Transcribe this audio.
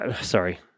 Sorry